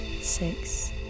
six